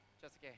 Jessica